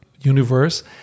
universe